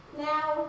Now